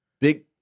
big